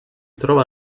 trova